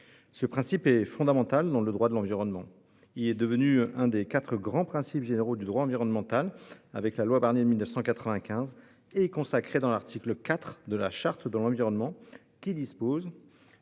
Ce principe est fondamental dans le droit de l'environnement. Il est devenu l'un des quatre grands principes généraux du droit environnemental avec la loi Barnier de 1995 et est consacré dans l'article 4 de la Charte de l'environnement qui dispose